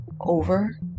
over